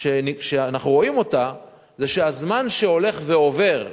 שאנחנו רואים היא שבזמן שהולך ועובר,